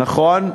נכון.